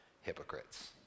hypocrites